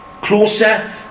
closer